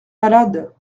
malade